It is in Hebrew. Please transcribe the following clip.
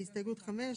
הסתייגות 5,